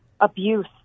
abuse